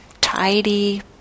tidy